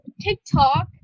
TikTok